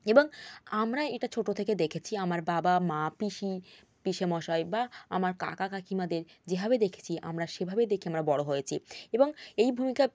এবং আমরা এটা ছোট থেকে দেখেছি আমার বাবা মা পিসি পিসেমশাই বা আমার কাকা কাকীমাদের যেভাবে দেখেছি আমরা সেভাবেই দেখে আমরা বড় হয়েছি এবং এই ভূমিকা